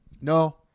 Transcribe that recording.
No